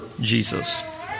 Jesus